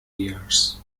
years